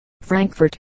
Frankfurt